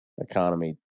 economy